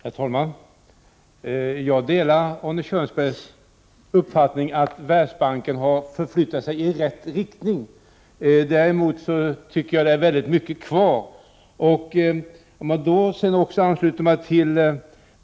Herr talman! Jag delar Arne Kjörnsbergs uppfattning att Världsbanken har förflyttat sig i rätt riktning. Däremot tycker jag att det är väldigt mycket kvar.